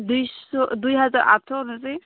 दुइस' दुइ हाजार आथस' हरनोसै